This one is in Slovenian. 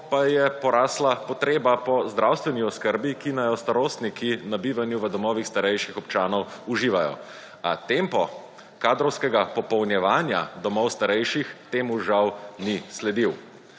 pa je porasla potreba po zdravstveni oskrbi, ki naj jo starostniki na bivanju v domovih starejših občanov uživajo. A tempo kadrovskega popolnjevanja domov starejših temu žal ni sledil.